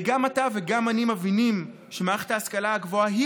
הרי גם אתה וגם אני מבינים שמערכת ההשכלה הגבוהה היא